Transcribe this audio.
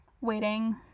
waiting